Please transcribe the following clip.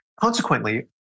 consequently